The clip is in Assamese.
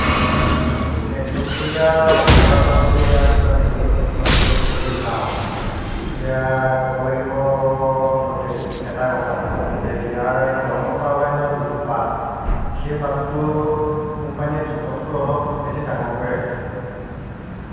আৰু এক বছৰীয়া অভিজ্ঞতাৰ পৰা যদি ইয়াৰ কিবা নেতিবাচক দিশৰ বিষয়ে ক'বলৈ যাওঁ তেতিয়া ক'ব লাগিব পোনতেই এটা কথা যে ইয়াৰ গৰম বতাহ ওলাই যোৱা যিটো বাট সেই বাটটো কোম্পানীয়ে জোখতকৈ অলপ বেছি ডাঙৰকৈ ৰাখিলে